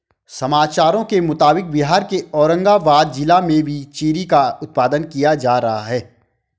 समाचारों के मुताबिक बिहार के औरंगाबाद जिला में भी चेरी का उत्पादन किया जा रहा है